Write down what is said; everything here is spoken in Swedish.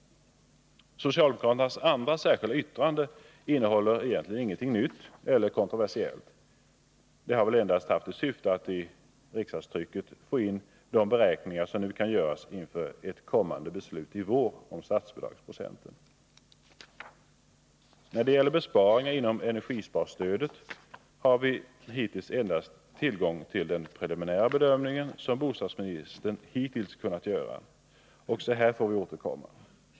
Socialdemokraternas andra särskilda yttrande innehåller egentligen ingenting nytt eller kontroversiellt. Det har väl endast haft till syfte att i riksdagstrycket få in de beräkningar som nu kan göras inför ett kommande 1 beslut i vår om statsbidragsprocenten. När det gäller besparingar inom energisparstödet har vi hittills endast tillgång till den preliminära bedömning som bostadsministern kunnat göra. Också här får vi återkomma.